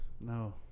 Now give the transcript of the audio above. No